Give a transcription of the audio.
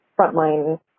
frontline